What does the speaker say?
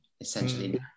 essentially